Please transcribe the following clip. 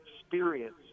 experience